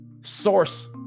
source